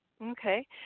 Okay